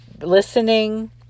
listening